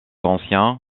anciens